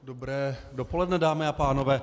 Dobré dopoledne dámy a pánové.